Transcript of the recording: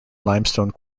limestone